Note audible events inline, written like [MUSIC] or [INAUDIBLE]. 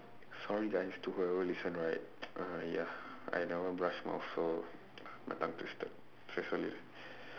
sorry guys to whoever listen right [NOISE] !aiya! I never brush mouth so my tongue twisted so sorry